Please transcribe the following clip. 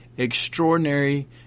extraordinary